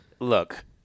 look